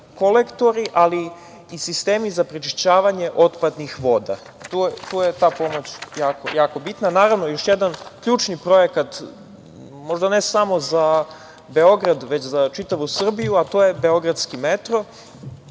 kolektori, ali i sistemi za prečišćavanje otpadnih voda. Tu je ta pomoć jako bitna. Naravno, još jedan ključni projekat, možda ne samo za Beograd, već za čitavu Srbiju, a to je beogradski metro.